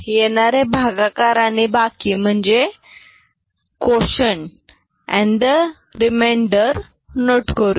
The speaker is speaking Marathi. येणारे भागाकार आणि बाकी म्हणजे the quotient and the remainder note करूया